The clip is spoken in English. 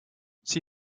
she